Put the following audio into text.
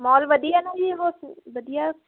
mall ਵਧੀਆ ਨਾ ਜੀ ਉਹ ਵਧੀਆ